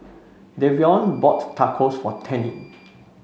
Davion bought Tacos for Tennie